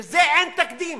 לזה אין תקדים